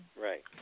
Right